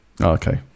Okay